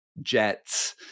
jets